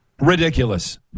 Ridiculous